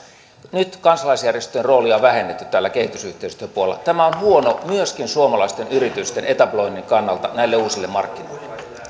nyt kansalaisjärjestöjen roolia on vähennetty täällä kehitysyhteistyöpuolella tämä on huono myöskin suomalaisten yritysten etabloinnin kannalta näille uusille markkinoille